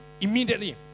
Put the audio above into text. Immediately